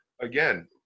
again